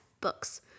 books